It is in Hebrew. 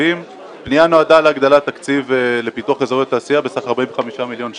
הפנייה נועדה להגדלת תקציב לפיתוח אזורי תעשייה בסך 45 מיליון שקלים.